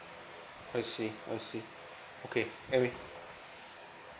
I see I see okay I mean